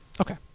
Okay